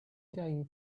dying